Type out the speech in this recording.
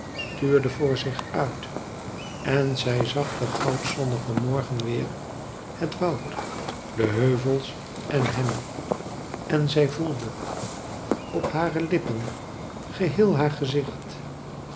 tuurde voor zich uit en zij zag den goudzonnigen morgen weer het woud de heuvels en hem en zij voelde op hare lippen geheel haar gezicht